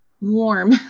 warm